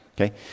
okay